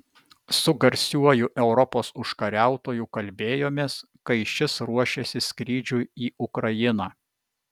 su garsiuoju europos užkariautoju kalbėjomės kai šis ruošėsi skrydžiui į ukrainą